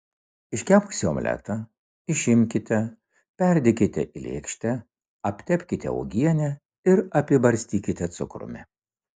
iškepusį omletą išimkite perdėkite į lėkštę aptepkite uogiene ir apibarstykite cukrumi